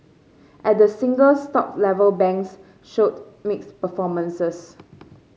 at the single stock level banks showed mixed performances